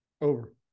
Over